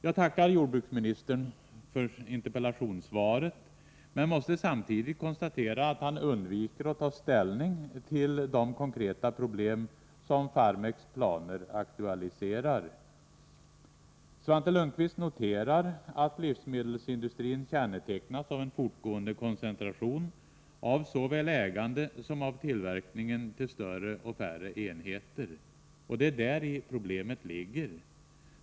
Jag tackar jordbruksministern för interpellationssvaret, men jag måste samtidigt konstatera att han undviker att ta ställning till de konkreta problem som Farmeks planer aktualiserar. Svante Lundkvist noterar att livsmedelsindustrin kännetecknas av en fortgående koncentration såväl av ägandet som av tillverkningen till större och färre enheter. Det är däri problemen ligger.